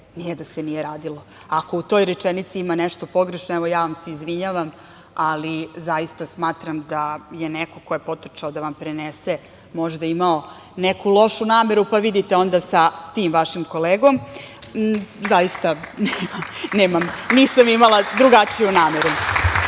nije da se nije radilo. Ako u toj rečenici ima nešto pogrešno, evo, ja vam se zaista izvinjavam, ali zaista smatram da je neko ko je potrčao da vam prenese možda imao neku lošu nameru, pa, vidite onda sa tim vašim kolegom. Zaista nisam imala drugačiju nameru. Sada